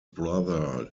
brother